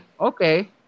Okay